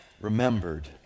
remembered